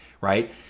right